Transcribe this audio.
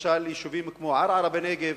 למשל יישובים כמו ערערה בנגב.